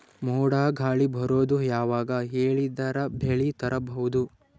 ಮೋಡ ಗಾಳಿ ಬರೋದು ಯಾವಾಗ ಹೇಳಿದರ ಬೆಳೆ ತುರಬಹುದು?